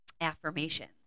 affirmations